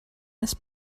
this